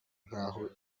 nkaho